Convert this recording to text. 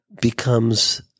becomes